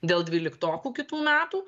dėl dvyliktokų kitų metų